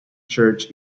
church